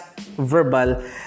verbal